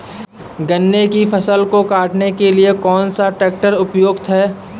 गन्ने की फसल को काटने के लिए कौन सा ट्रैक्टर उपयुक्त है?